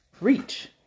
reach